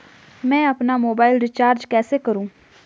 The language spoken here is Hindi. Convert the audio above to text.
मैं अपना मोबाइल रिचार्ज कैसे करूँ?